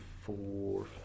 four